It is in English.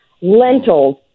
lentils